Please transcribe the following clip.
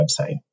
website